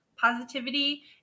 positivity